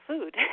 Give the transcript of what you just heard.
Food